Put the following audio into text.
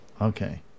Okay